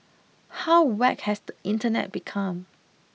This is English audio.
how whacked has the internet become